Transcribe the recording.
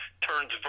turns